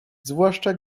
zwłaszcza